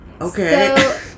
Okay